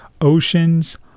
oceans